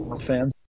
fans